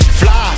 fly